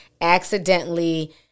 accidentally